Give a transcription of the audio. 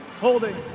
Holding